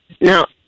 Now